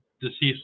deceased